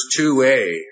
2a